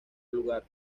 lugar